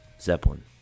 Zeppelin